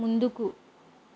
ముందుకు